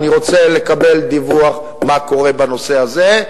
אני רוצה לקבל דיווח מה קורה בנושא הזה,